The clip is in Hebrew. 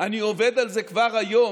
אני עובד על זה כבר היום,